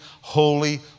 holy